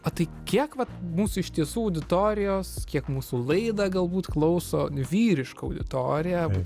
o tai kiek vat mūsų iš tiesų auditorijos kiek mūsų laidą galbūt klauso vyriška auditorija